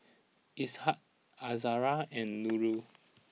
Ishak Izzara and Nurul